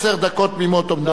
התשע"ב 2012, עברה